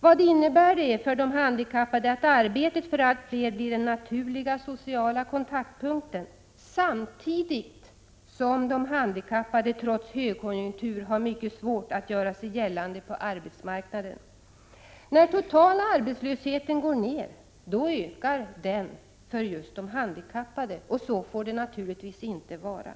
Vad innebär det för de handikappade att arbetet för allt fler blir den naturliga sociala kontaktpunkten, samtidigt som de handikappade trots högkonjunktur har mycket svårt att göra sig gällande på arbetsmarknaden? När den totala arbetslösheten går ner, då ökar den för just de handikappade. Så får det naturligtvis inte vara.